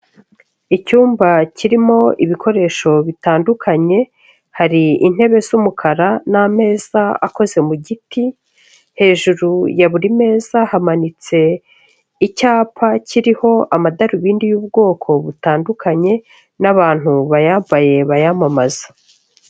Icyumba kirimo ibikoresho bitandukanye, hari intebe z'umukara n'ameza akoze mu giti, hejuru ya buri meza hamanitse icyapa kiriho amadarubindi y'ubwoko butandukanye n'abantu bayambaye bayamamaza.